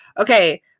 Okay